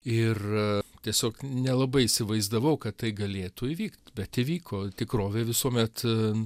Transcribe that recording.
ir tiesiog nelabai įsivaizdavau kad tai galėtų įvykt bet įvyko tikrovė visuomet